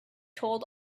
told